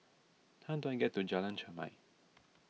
how do I get to Jalan Chermai